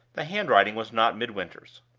the handwriting was not midwinter's.